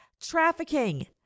trafficking